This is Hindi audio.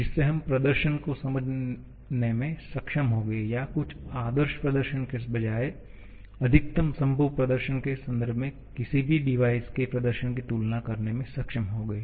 जिससे हम प्रदर्शन को समझने में सक्षम होंगे या कुछ आदर्श प्रदर्शन के बजाय अधिकतम संभव प्रदर्शन के संदर्भ में किसी भी डिवाइस के प्रदर्शन की तुलना करने में सक्षम होंगे